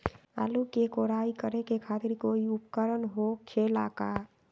आलू के कोराई करे खातिर कोई उपकरण हो खेला का?